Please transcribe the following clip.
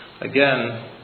again